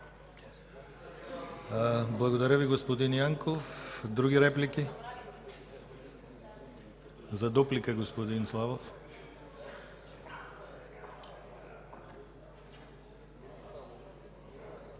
Благодаря Ви, господин Янков. Други реплики? За дуплика – господин Славов.